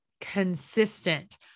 consistent